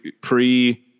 pre